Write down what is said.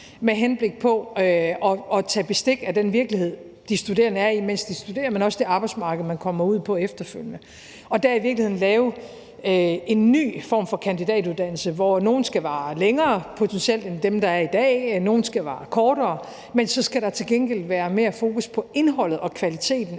med henblik på at tage bestik af den virkelighed, de studerende er i, mens de studerer, men også det arbejdsmarked, de kommer ud på efterfølgende, og dermed i virkeligheden lave en ny form for kandidatuddannelse, hvor nogle skal vare længere, potentielt, end dem, der er i dag, og nogle skal vare kortere. Men så skal der til gengæld være mere fokus på indholdet og kvaliteten